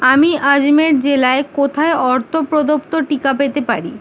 আমি আজমের জেলায় কোথায় অর্থ প্রদত্ত টিকা পেতে পারি